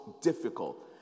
difficult